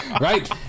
Right